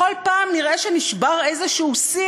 בכל פעם נראה שנשבר איזה שיא,